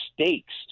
stakes